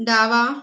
डावा